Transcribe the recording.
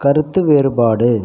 கருத்து வேறுபாடு